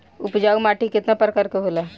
उपजाऊ माटी केतना प्रकार के होला?